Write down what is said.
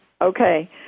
Okay